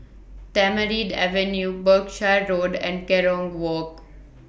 Tamarind Avenue Berkshire Road and Kerong Walk